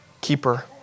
keeper